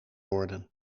worden